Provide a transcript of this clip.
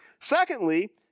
Secondly